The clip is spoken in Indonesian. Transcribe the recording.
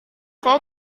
saya